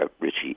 Richie